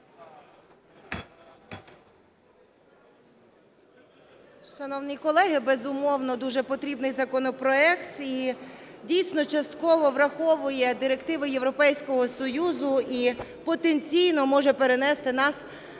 Шановні колеги, безумовно, дуже потрібний законопроект і дійсно частково враховує директиву Європейського Союзу і потенційно може перенести нас на